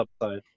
upside